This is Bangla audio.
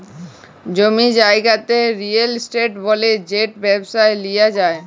জমি জায়গাকে রিয়েল ইস্টেট ব্যলে যেট ব্যবসায় লিয়া যায়